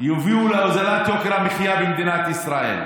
יביאו להורדת יוקר המחיה בישראל.